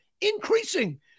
Increasing